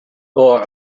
awe